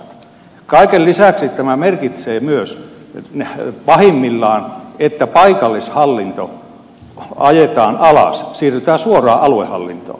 kaiken lisäksi tämä merkitsee myös pahimmillaan sitä että paikallishallinto ajetaan alas siirrytään suoraan aluehallintoon